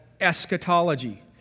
eschatology